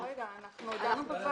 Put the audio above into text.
כבר הודענו בוועדה.